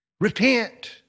Repent